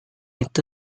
itu